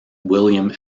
william